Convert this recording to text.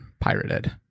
pirated